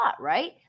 right